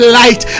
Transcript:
light